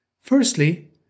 Firstly